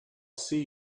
see